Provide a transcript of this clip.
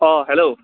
অঁ হেল্ল'